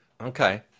okay